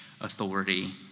authority